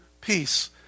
peace